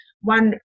one